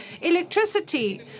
electricity